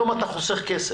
היום אתה פשוט חוסך כסף,